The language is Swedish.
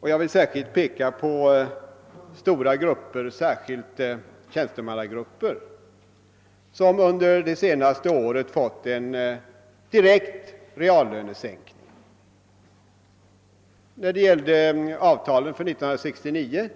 Jag vill i detta sammanhang särskilt peka på stora grupper på tjänstemannasidan som under de senaste åren fått en direkt reallönesänkning. Vid avtalen för 1969